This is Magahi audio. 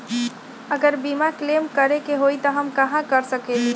अगर बीमा क्लेम करे के होई त हम कहा कर सकेली?